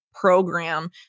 Program